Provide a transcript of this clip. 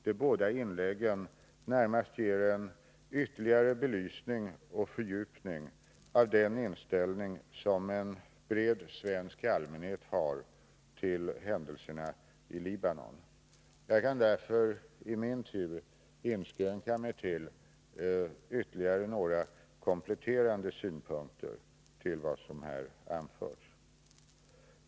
De båda inläggen ger närmast en ytterligare belysning och fördjupning av den inställning som en bred svensk allmänhet har till händelserna i Libanon. Jag att förbättra situationen i Libanon kan därför i min tur inskränka mig till några kompletterande synpunkter på vad som här har anförts.